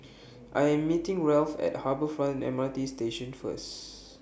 I Am meeting Ralph At Harbour Front M R T Station First